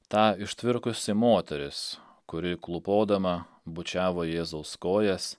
ta ištvirkusi moteris kuri klūpodama bučiavo jėzaus kojas